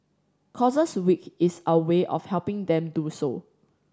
causes Week is our way of helping them do so